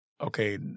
okay